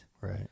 Right